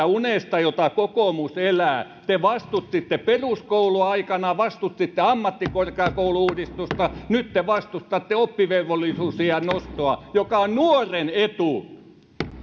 unesta jota kokoomus elää te vastustitte peruskoulua aikanaan vastustitte ammattikorkeakoulu uudistusta nyt te vastustatte oppivelvollisuusiän nostoa joka on nuoren etu